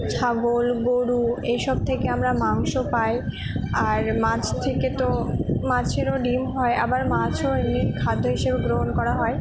ছাগল গোরু এই সব থেকে আমরা মাংস পাই আর মাছ থেকে তো মাছেরও ডিম হয় আবার মাছও এমনি খাদ্য হিসেবে গ্রহণ করা হয়